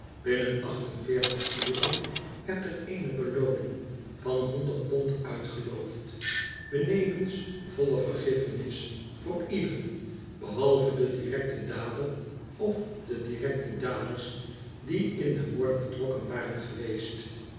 binnen acht en veertig uren werd er eene belooning van honderd pond uitgeloofd benevens volle erfenis voor ieder behalve den directen dader ofde directe daders die in den moord betrokken waren geweest